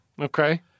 Okay